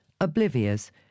Oblivious